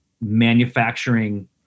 manufacturing